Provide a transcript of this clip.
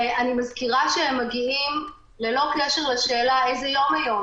אני מזכירה שהם מגיעים ללא קשר לשאלה איזה יום היום,